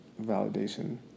validation